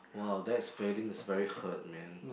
!wow! that's feeling is very hurt man